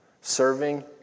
Serving